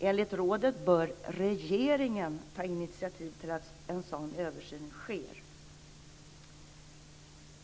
Enligt rådet bör regeringen ta initiativ till att en sådan översyn sker.